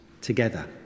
together